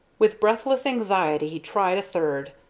with breathless anxiety he tried a third,